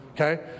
Okay